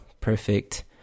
Perfect